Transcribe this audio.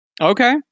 Okay